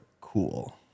cool